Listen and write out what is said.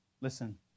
Listen